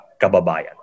kababayan